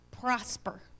prosper